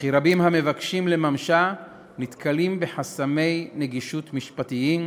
וכי רבים המבקשים לממשה נתקלים בחסמי נגישות משפטיים,